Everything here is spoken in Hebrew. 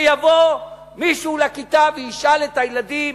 שיבוא מישהו לכיתה וישאל את הילדים: